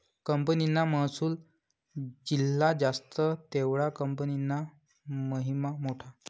कंपनीना महसुल जित्ला जास्त तेवढा कंपनीना महिमा मोठा